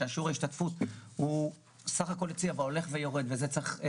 שהוא סך הכול יציב אבל הולך ויורד.